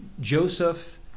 Joseph